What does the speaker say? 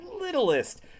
littlest